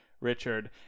Richard